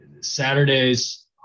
Saturdays